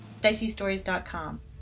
DiceyStories.com